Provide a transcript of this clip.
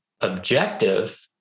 objective